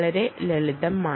വളരെ ലളിതമാണ്